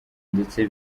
ndetse